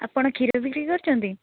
ଆପଣ କ୍ଷୀର ବିକ୍ରି କରୁଛନ୍ତି